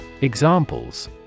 Examples